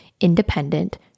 independent